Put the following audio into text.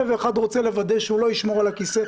ואחד רוצה לוודא שהוא לא ישמור על הכיסא,